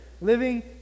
living